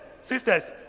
sisters